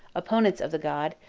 opponents of the gods,